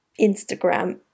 Instagram